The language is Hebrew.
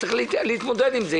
צריך להתמודד עם זה.